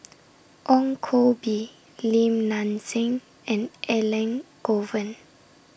Ong Koh Bee Lim Nang Seng and Elangovan